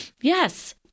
Yes